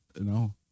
No